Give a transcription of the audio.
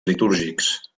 litúrgics